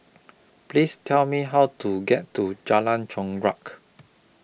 Please Tell Me How to get to Jalan Chorak